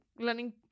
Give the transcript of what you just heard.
learning